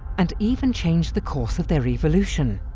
and even change the course of their evolution.